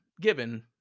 given